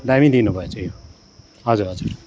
दामी दिनु भएछ यो हजुर हजुर